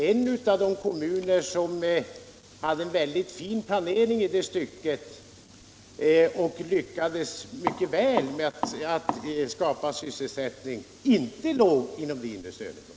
En av de kommuner som hade en väldigt fin planering därvidlag och lyckades mycket väl med att skapa sysselsättning låg inte inom det inre stödområdet.